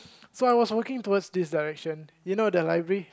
so I was walking towards this direction you know the library